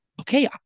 okay